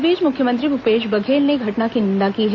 इस बीच मुख्यमंत्री भूपेश बघेल ने घटना की निन्दा की है